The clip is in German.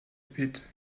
pit